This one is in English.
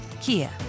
Kia